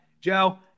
Joe